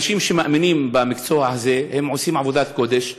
אנשים שמאמינים במקצוע הזה, הם עושים עבודת קודש,